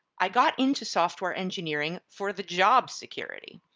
i got into software engineering for the job security,